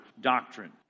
doctrine